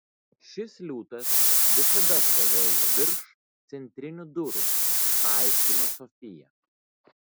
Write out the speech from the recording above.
šis liūtas visada stovėjo virš centrinių durų paaiškino sofija